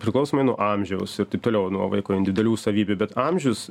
priklausomai nuo amžiaus ir taip toliau nuo vaiko individualių savybių bet amžius